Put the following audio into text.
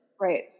right